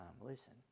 listen